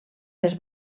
les